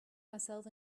myself